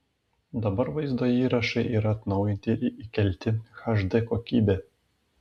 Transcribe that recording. dabar vaizdo įrašai yra atnaujinti ir įkelti hd kokybe